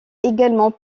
également